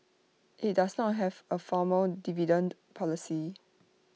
IT does not have A formal dividend policy